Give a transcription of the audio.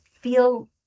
feel